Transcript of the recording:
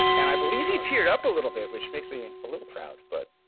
and i believe he teared up a little bit, which makes me a little proud but